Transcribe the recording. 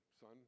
son